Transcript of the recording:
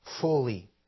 fully